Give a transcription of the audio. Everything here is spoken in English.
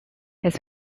his